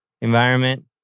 environment